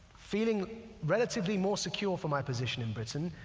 feeling relatively more secure for my position in britain,